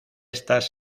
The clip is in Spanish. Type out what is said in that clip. estas